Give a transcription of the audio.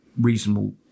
reasonable